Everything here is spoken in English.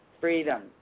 Freedom